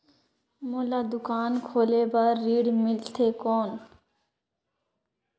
मोला दुकान खोले बार ऋण मिलथे कौन?